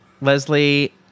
Leslie